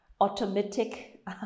automatic